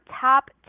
top